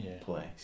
place